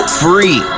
free